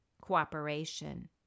cooperation